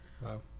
Wow